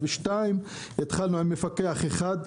התחלנו עם מפקח אחד,